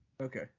Okay